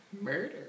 Murder